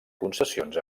concessions